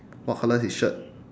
what colour his shirt